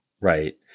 Right